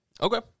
Okay